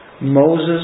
Moses